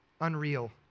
unreal